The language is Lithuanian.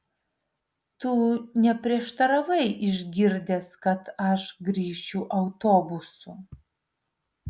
tu neprieštaravai išgirdęs kad aš grįšiu autobusu